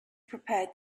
prepared